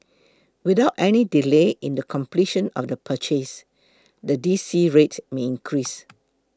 without any delay in the completion of the purchase the D C rate may increase